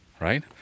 right